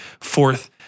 fourth